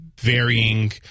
varying